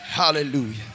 Hallelujah